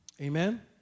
Amen